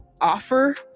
offer